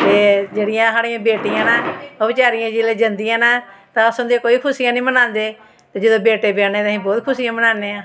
ते जेह्ड़ियां साढ़ियां बेटियां न ओह् बचैरियां जिसलै जंदियां न तां अस उं'दियां कोई खुशियां नेईं मनांदे जदूं बेटे ब्याह्ने तां बौह्त खुशियां मनान्ने आं